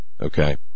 okay